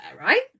right